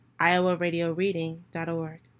iowaradioreading.org